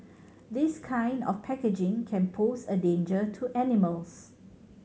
this kind of packaging can pose a danger to animals